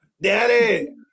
Daddy